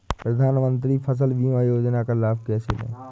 प्रधानमंत्री फसल बीमा योजना का लाभ कैसे लें?